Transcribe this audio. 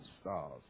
stars